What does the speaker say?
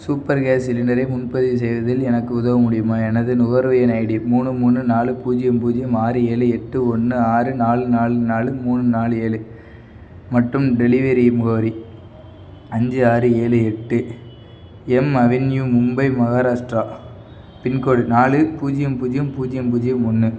super gas சிலிண்டரை முன்பதிவு செய்ததில் எனக்கு உதவ முடியுமா எனது நுகர்வு எண் ஐடி மூணு மூணு நாலு பூஜ்ஜியம் பூஜ்ஜியம் ஆறு ஏழு எட்டு ஒன்னு ஆறு நாலு நாலு நாலு மூணு நாலு ஏழு மற்றும் டெலிவரி முகவரி அஞ்சு ஆறு ஏழு எட்டு M avenue Mumbai Maharashtra pincode நாலு பூஜ்ஜியம் பூஜ்ஜியம் பூஜ்ஜியம் பூஜ்ஜியம் ஒன்று